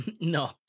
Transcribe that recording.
no